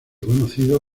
conocido